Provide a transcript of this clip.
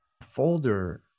folder